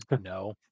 no